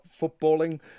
footballing